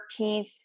13th